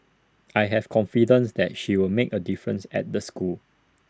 I have confidence that she'll make A difference at the school